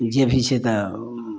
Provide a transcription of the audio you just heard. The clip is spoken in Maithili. ई जे भी छै तऽ उ